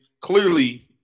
clearly